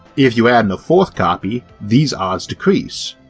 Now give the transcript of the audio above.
if you add in a fourth copy, these odds decrease.